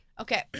Okay